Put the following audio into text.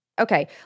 okay